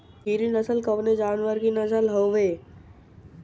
गिरी नश्ल कवने जानवर के नस्ल हयुवे?